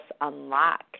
unlock